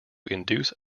induce